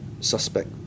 Suspect